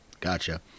gotcha